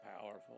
powerful